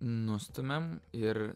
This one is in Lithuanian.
nustumiam ir